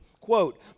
quote